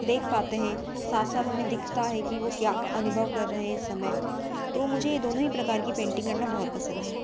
देख पाते हैं साफ साफ हमें दिखता है कि वो क्या अनुभव कर रहे हैं इस समय तो मुझे ये दोनों ही प्रकार कि पेंटिंग करना बहुत पसंद है